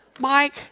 Mike